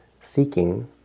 seeking